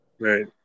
right